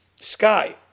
Sky